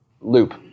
loop